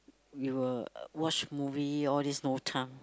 you will watch movie all these no time